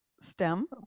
stem